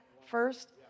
first